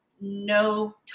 no